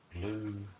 Blue